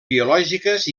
biològiques